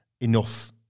enough